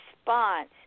response